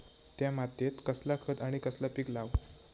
त्या मात्येत कसला खत आणि कसला पीक लाव?